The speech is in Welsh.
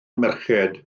merched